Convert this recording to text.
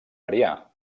variar